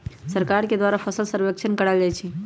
सरकार के द्वारा फसल सर्वेक्षण करायल जाइ छइ